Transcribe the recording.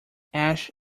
ash